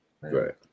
right